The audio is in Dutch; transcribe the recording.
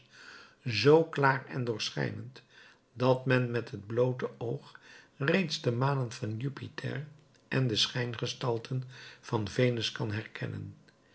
zoo klaar en doorschijnend dat men met het bloote oog reeds de manen van jupiter en de schijngestalten van venus kan herkennen